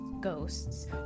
ghosts